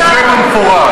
אין לו קו ברור?